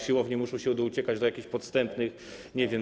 Siłownie muszą się uciekać do jakichś podstępnych, nie wiem.